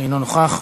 אינו נוכח,